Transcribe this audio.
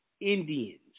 Indians